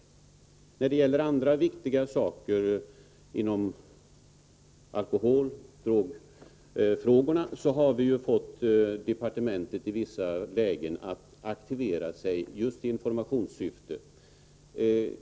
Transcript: När det gäller andra viktiga saker — t.ex. alkoholfrågorna-— har vi ju fått vederbörande departement att i vissa frågor aktivera sig just i informationssyfte.